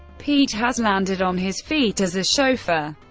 pete has landed on his feet as a chauffeur,